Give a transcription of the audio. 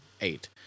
eight